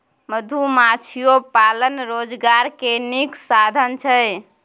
मधुमाछियो पालन रोजगार के नीक साधन छइ